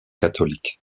catholiques